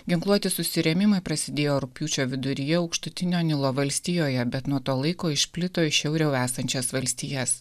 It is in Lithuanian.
ginkluoti susirėmimai prasidėjo rugpjūčio viduryje aukštutinio nilo valstijoje bet nuo to laiko išplito į šiauriau esančias valstijas